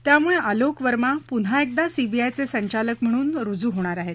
त्यामुळे आलोक वर्मा पुन्हा एकदा सीबीआयचे संचालक म्हणून रुजू होणार आहो